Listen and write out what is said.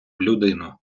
людину